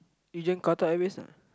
you join Qatar-Airways lah